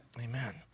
Amen